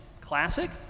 classic